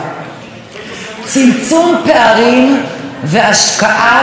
צמצום פערים והשקעה בפריפריה.